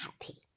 happy